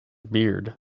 beard